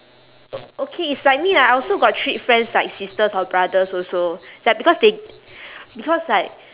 o~ okay it's like me lah I also got treat friends like sisters or brothers also like because they because like